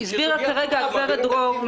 והסוגיה פתוחה.